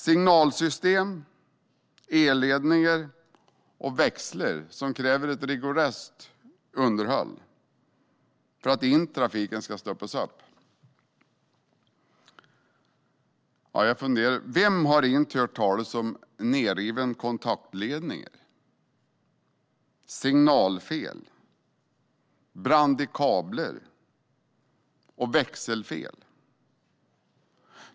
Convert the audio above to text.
Signalsystem, elledningar och växlar kräver ett rigoröst underhåll för att trafiken inte ska stoppas upp. Vem har inte hört talas om nedrivna kontaktledningar, signalfel, brand i kablar och växelfel?